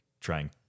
trying